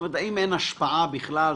האם אין השפעה בכלל?